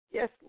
Yes